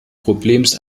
problems